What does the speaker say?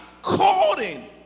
according